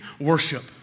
worship